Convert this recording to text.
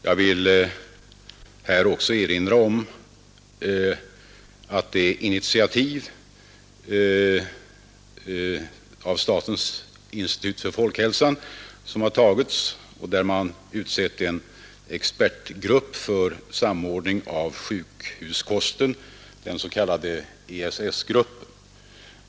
Jag vill här också erinra om det initiativ som har tagits av statens institut för folkhälsan där man utsett en expertgrupp för samordning av sjukhuskosten, den s.k.ESS-gruppen.